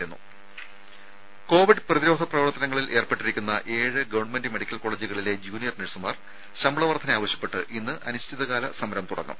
രുമ കോവിഡ് പ്രതിരോധ പ്രവർത്തനങ്ങളിൽ ഏർപ്പെട്ടിരിക്കുന്ന ഏഴ് ഗവൺമെന്റ് മെഡിക്കൽ കോളേജുകളിലെ ജൂനിയർ നഴ്സുമാർ ശമ്പള വർദ്ധന ആവശ്യപ്പെട്ട് ഇന്ന് അനിശ്ചിതകാല സമരം തുടങ്ങും